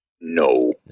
No